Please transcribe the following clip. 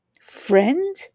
Friend